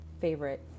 favorite